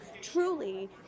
truly